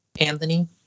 Anthony